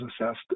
assessed